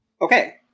Okay